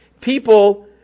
people